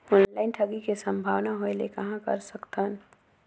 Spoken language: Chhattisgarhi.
ऑनलाइन ठगी के संभावना होय ले कहां कर सकथन?